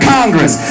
Congress